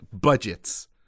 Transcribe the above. budgets